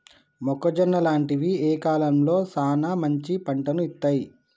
మొక్కజొన్న లాంటివి ఏ కాలంలో సానా మంచి పంటను ఇత్తయ్?